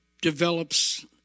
develops